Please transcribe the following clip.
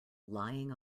lying